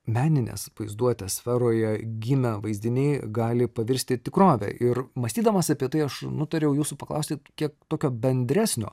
meninės vaizduotės sferoje gimę vaizdiniai gali pavirsti tikrove ir mąstydamas apie tai aš nutariau jūsų paklausti kiek tokio bendresnio